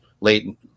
late